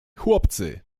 chłopcy